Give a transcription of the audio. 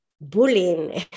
bullying